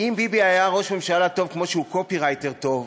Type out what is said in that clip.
אם ביבי היה ראש ממשלה טוב כמו שהוא קופירייטר טוב,